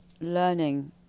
learning